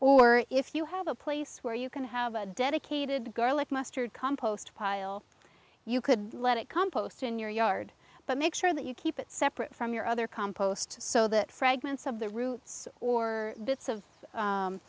or if you have a place where you can have a dedicated garlic mustard compost pile you could let it compost in your yard but make sure that you keep it separate from your other compost so that fragments of the roots or bits of